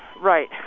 Right